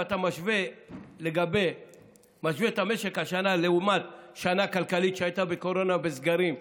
אם אתה משווה את המשק השנה לעומת שנה כלכלית שהייתה בקורונה ובסגרים,